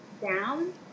down